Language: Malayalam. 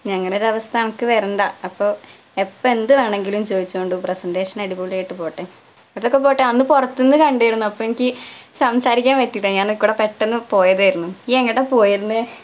ഇനി അങ്ങനൊരവസ്ഥ അനക് വരണ്ട അപ്പോൾ എപ്പോൾ എന്തു വേണമെങ്കിലും ചോദിച്ചോണ്ടു പ്രസൻ്റേഷൻ അടിപൊളിയായിട്ട് പോകട്ടെ അതൊക്കെ പോകട്ടെ അന്നു പുറത്തു നിന്നു കണ്ടിരുന്നു അപ്പം എനിക്ക് സംസാരിക്കാൻ പറ്റിയില്ല ഞാൻ കുറേ പെട്ടെന്നു പോയതായിരുന്നു ഇയ്യ് എങ്ങോട്ടാണ് പോയിരുന്നത്